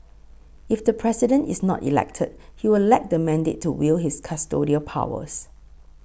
if the President is not elected he will lack the mandate to wield his custodial powers